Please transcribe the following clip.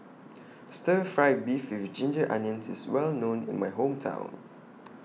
Stir Fry Beef with Ginger Onions IS Well known in My Hometown